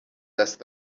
دست